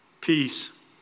peace